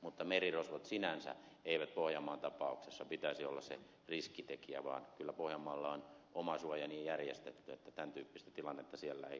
mutta merirosvojen sinänsä ei pohjanmaan tapauksessa pitäisi olla se riskitekijä vaan kyllä pohjanmaalla on oma suoja niin järjestetty että tämän tyyppistä tilannetta siellä ei varmaan pääse aiheutumaan